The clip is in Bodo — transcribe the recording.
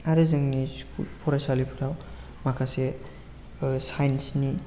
आरो जोंनि स्कुल फरायसालिफोराव माखासे साइन्स नि